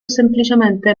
semplicemente